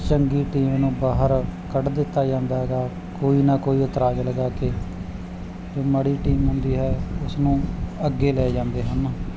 ਚੰਗੀ ਟੀਮ ਨੂੰ ਬਾਹਰ ਕੱਢ ਦਿੱਤਾ ਜਾਂਦਾ ਹੈਗਾ ਕੋਈ ਨਾ ਕੋਈ ਇਤਰਾਜ਼ ਲਗਾ ਕੇ ਜੇ ਮਾੜੀ ਟੀਮ ਹੁੰਦੀ ਹੈ ਉਸਨੂੰ ਅੱਗੇ ਲੈ ਜਾਂਦੇ ਹਨ